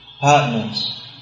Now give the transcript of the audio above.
partners